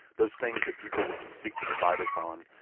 those things that people would seek to divide us on,